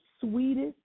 sweetest